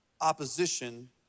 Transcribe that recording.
opposition